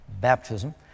baptism